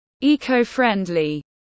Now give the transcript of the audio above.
Eco-friendly